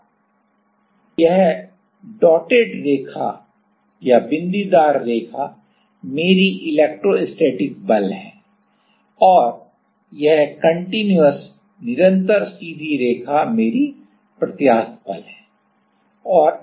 अब तो यह बिंदीदार रेखा मेरी इलेक्ट्रोस्टैटिक बल है और निरंतर सीधी रेखा मेरी प्रत्यास्थ बल है